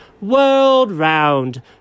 world-round